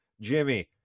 Jimmy